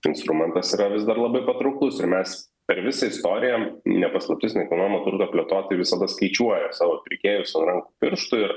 instrumentas yra vis dar labai patrauklus ir mes per visą istoriją ne paslaptis nekilnojamo plėtotojai visada skaičiuoja savo pirkėjus an rankų pirštu ir